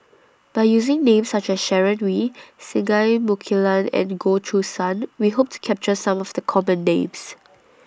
By using Names such as Sharon Wee Singai Mukilan and Goh Choo San We Hope to capture Some of The Common Names